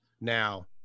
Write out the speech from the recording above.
now